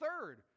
third